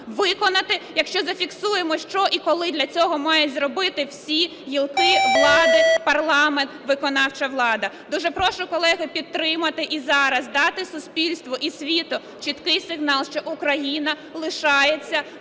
виконати, якщо зафіксуємо що і коли для цього мають зробити всі гілки влади: парламент, виконавча влада. Дуже прошу, колеги, підтримати і зараз дати суспільству, і світу чіткий сигнал, що Україна лишається